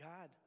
God